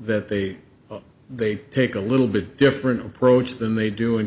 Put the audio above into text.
that they they take a little bit different approach than they do in